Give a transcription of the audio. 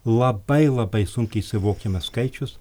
labai labai sunkiai suvokiamas skaičius